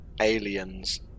Alien's